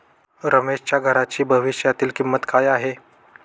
रमेशच्या घराची भविष्यातील किंमत काय आहे?